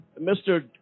Mr